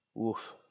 oof